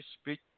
speak